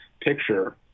picture